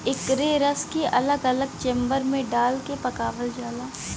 एकरे रस के अलग अलग चेम्बर मे डाल के पकावल जाला